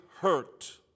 hurt